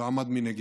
ועמד מנגד.